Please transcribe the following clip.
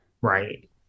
right